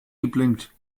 geblinkt